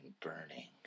burning